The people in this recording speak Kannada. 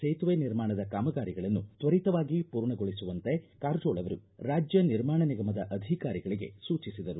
ಸೇತುವೆ ನಿರ್ಮಾಣದ ಕಾಮಗಾರಿಗಳನ್ನು ತ್ವರಿತವಾಗಿ ಮೂರ್ಣಗೊಳಿಸುವಂತೆ ಕಾರಜೋಳ ಅವರು ರಾಜ್ಜ ನಿರ್ಮಾಣ ನಿಗಮದ ಅಧಿಕಾರಿಗಳಿಗೆ ಸೂಚಿಸಿದರು